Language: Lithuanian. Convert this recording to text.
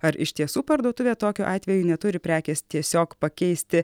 ar iš tiesų parduotuvė tokiu atveju neturi prekės tiesiog pakeisti